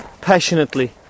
passionately